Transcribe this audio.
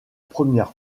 première